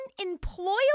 Unemployable